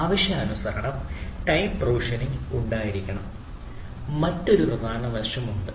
ആവശ്യാനുസരണം time provisioning ഉണ്ടായിരിക്കണം മറ്റൊരു പ്രധാന വശം ഉണ്ട്